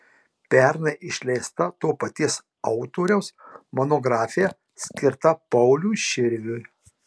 pernai išleista to paties autoriaus monografija skirta pauliui širviui